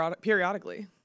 periodically